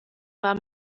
war